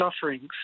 sufferings